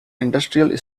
industrial